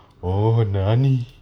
oh nani